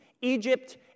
Egypt